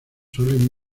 suelen